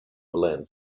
berlin